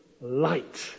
Light